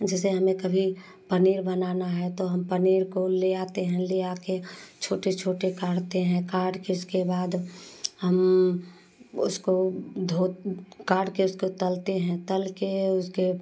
जिसे हमें कभी पनीर बनाना है तो हम पनीर को ले आते हैं ले आ कर छोटे छोटे काटते हैं काट कर इसके बाद हम उसको धो काट कर उसको तलते हैं तल कर उसके